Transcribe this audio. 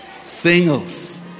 Singles